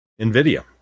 NVIDIA